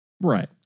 Right